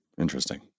Interesting